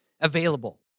available